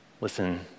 Listen